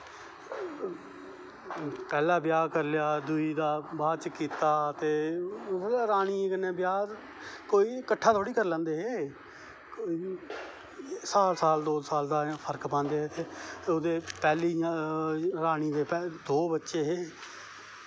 पैह्ला ब्याह् करी लेआ दूई दा बाद च करी लेआ ते मतलव रानियें कन्नैं ब्याह् ते कोई कट्ठा थोह्ड़ी करी लैंदे हे साल साल दा दो साल दा फर्क पांदें हे ते पैह्ली इयां रानीं दे दो बच्चे हे